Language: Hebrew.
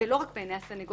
ולא רק בעיניי הסניגורים,